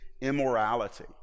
immorality